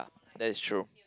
that is true